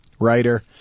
writer